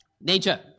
Nature